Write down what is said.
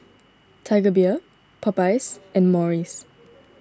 Tiger Beer Popeyes and Morries